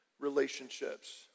relationships